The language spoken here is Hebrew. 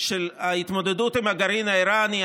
של ההתמודדות עם הגרעין האיראני?